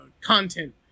content